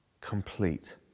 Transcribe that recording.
complete